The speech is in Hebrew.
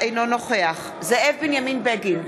אינו נוכח זאב בנימין בגין,